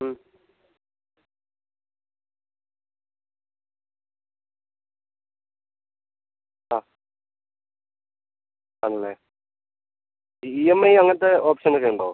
ആ ആണല്ലേ ഈ എം ഐ അങ്ങനത്തെ ഓപ്ഷനൊക്കെ ഉണ്ടോ